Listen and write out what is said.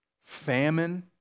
famine